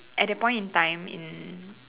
at that point in time in